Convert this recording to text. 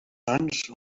sants